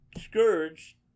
Scourge